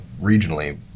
regionally